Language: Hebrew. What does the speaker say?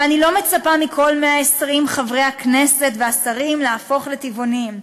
ואני לא מצפה מכל 120 חברי הכנסת והשרים להפוך לטבעונים,